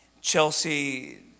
Chelsea